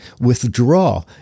withdraw